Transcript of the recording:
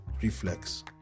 reflex